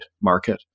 market